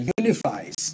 unifies